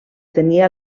tenia